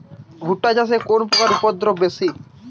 ভুট্টা চাষে কোন পোকার উপদ্রব বেশি?